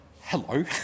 Hello